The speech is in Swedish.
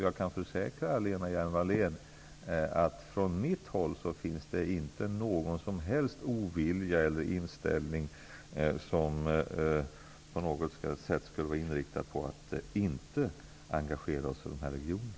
Jag kan försäkra Lena Hjelm-Wallén om att det från mitt håll inte finns någon som helst ovilja eller någon inställning som skulle vara inriktad på att vi inte skall engagera oss i dessa regioner.